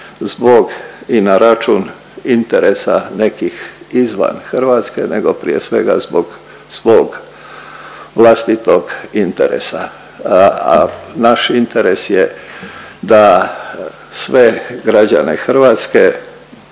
zbog i na račun interesa nekih izvan Hrvatske nego prije svega zbog svog vlastitog interesa, a naš interes je da sve građane Hrvatske